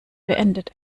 beendet